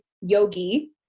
yogi